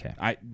Okay